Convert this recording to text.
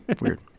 Weird